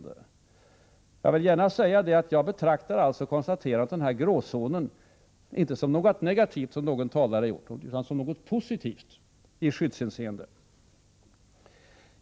Jag vill gärna säga att jag betraktar denna gråzon inte som någonting negativt, som någon talare har gjort, utan som något positivt i skyddshänseende.